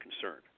concerned